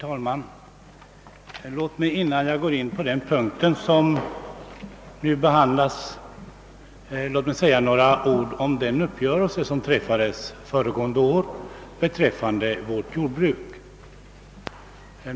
Herr talman! Innan jag går in på den punkt som nu behandlas vill jag säga några ord om den uppgörelse som träffades föregående år beträffande vårt jordbruk.